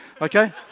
okay